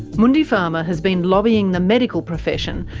mundipharma has been lobbying the medical profession,